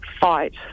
fight